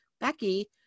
becky